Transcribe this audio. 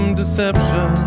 deception